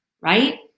right